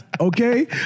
okay